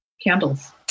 candles